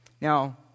Now